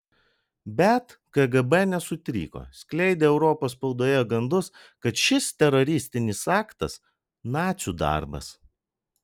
bet kgb nesutriko skleidė europos spaudoje gandus kad šis teroristinis aktas nacių darbas